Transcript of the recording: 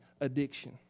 addiction